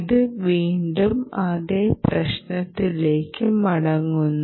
ഇത് വീണ്ടും അതേ പ്രശ്നത്തിലേക്ക് മടങ്ങുന്നു